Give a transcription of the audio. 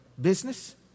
business